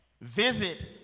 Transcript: Visit